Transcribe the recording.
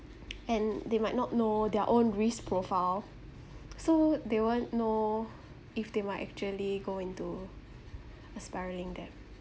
and they might not know their own risk profile so they won't know if they might actually go into a spiralling debt